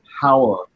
power